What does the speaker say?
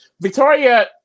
Victoria